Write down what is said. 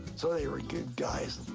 so they were good guys,